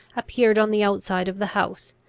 appeared on the outside of the house,